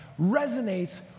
resonates